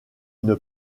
une